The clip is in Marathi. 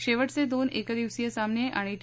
शेवटचे दोन एकदिवसीय सामने आणि टी